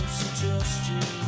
suggestion